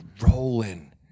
rolling